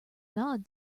nod